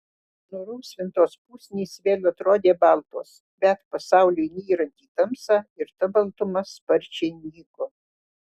nurausvintos pusnys vėl atrodė baltos bet pasauliui nyrant į tamsą ir ta baltuma sparčiai nyko